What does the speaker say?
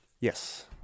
Yes